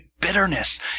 Bitterness